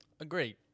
Agreed